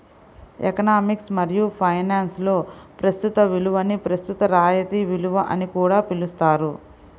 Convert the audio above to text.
economics మరియు ఫైనాన్స్లో ప్రస్తుత విలువని ప్రస్తుత రాయితీ విలువ అని కూడా పిలుస్తారు